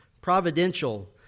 providential